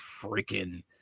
freaking